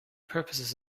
purposes